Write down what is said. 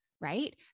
Right